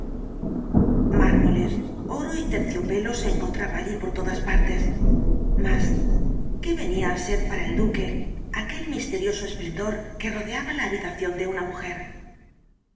mármoles oro y terciopelo se encontraba allí por todas partes mas qué venía á ser para el duque aquel misterioso esplendor que rodeaba la habitación de una mujer